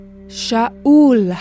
Sha'ul